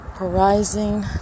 rising